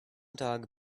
dog